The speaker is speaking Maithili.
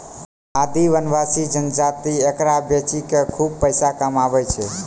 आदिवासी जनजाति एकरा बेची कॅ खूब पैसा कमाय छै